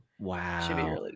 Wow